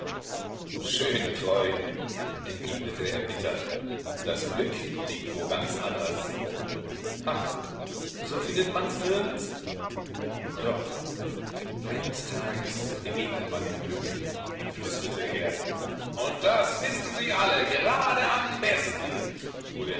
schöne freuden entgegnete er bitter das glück liegt wo ganz anders ach so findet mans nirgends doch eines tages begegnet man dem glück flüsterte er und das wissen sie alle gerade am besten fuhr